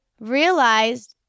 realized